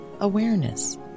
awareness